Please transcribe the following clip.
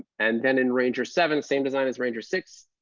and then in ranger seven, same design as ranger six,